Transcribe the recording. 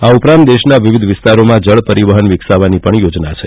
આ ઉપરાંત દેશના વિવિધ વિસ્તારોમાં જળ પરિવહન વિકસાવવાની પણ યોજના છે